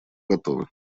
готовы